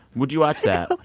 would you watch that?